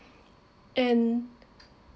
and